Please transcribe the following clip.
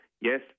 Yes